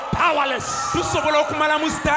powerless